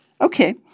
Okay